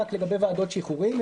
רק לגבי ועדות שחרורים.